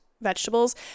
vegetables